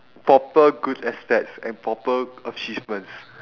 proper good aspects and proper achievements